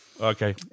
Okay